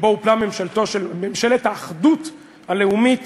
שבו הופלה ממשלת האחדות הלאומית